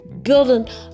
building